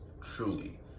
truly